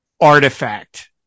artifact